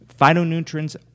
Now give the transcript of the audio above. Phytonutrients